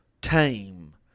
tame